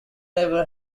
never